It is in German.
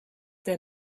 der